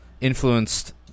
influenced